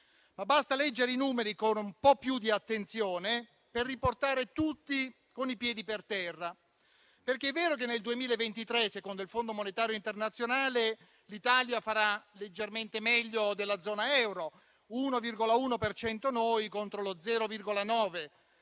Ma basta leggere i numeri con un po' più di attenzione per riportare tutti con i piedi per terra, perché è vero che nel 2023 secondo il Fondo monetario internazionale l'Italia farà leggermente meglio della zona euro (1,1 per cento l'Italia